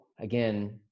again